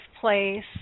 place